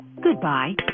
Goodbye